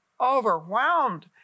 overwhelmed